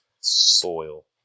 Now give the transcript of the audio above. soil